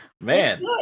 man